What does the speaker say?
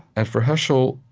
and for heschel,